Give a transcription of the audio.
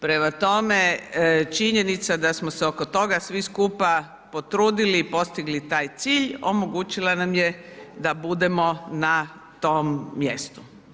Prema tome, činjenica da smo se oko toga svi skupa potrudili i postigli taj cilj omogućila nam je da budemo na tom mjestu.